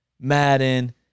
Madden